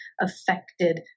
affected